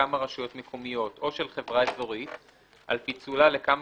כמה רשויות מקומיות או של חברה אזורית על פיצולה לכמה